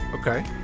Okay